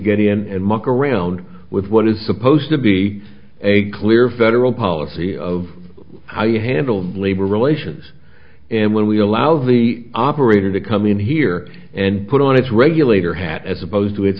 get in and muck around with what is supposed to be a clear federal policy of how you handle labor relations and when we allow the operator to come in here and put on its regulator hat as opposed to its